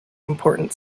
important